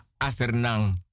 Asernang